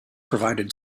provided